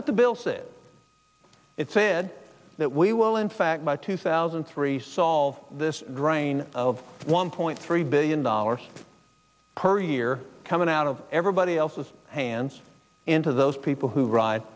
what the bill says it said that we will in fact by two thousand and three solve this drain of one point three billion dollars per year coming out of everybody else's hands into those people who ride